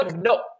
No